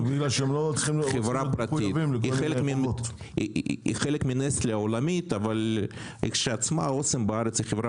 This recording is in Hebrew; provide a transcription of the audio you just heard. היא חלק מנסטלה העולמית אבל בארץ היא חברה